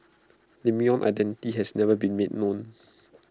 lemon's identity has never been made known